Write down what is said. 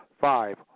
Five